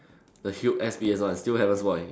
the huge S P_S one still haven't spoil